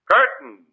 Curtain